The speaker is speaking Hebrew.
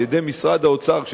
על-ידי משרד האוצר,